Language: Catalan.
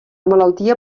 malaltia